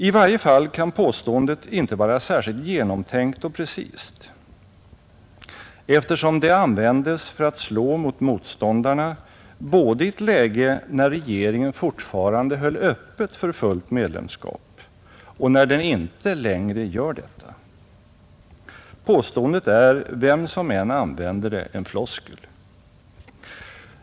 I varje fall kan påståendet inte var särskilt genomtänkt och precist eftersom det användes för att slå mot motståndarna både i ett läge när regeringen fortfarande höll öppet för fullt medlemskap och när den inte längre gör detta. Påståendet är, vem som än använder det, en floskel.